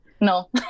No